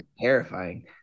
terrifying